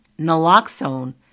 Naloxone